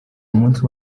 umunsi